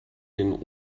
den